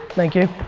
thank you.